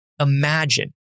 imagine